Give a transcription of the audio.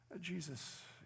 Jesus